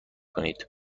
کنید